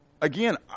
Again